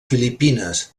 filipines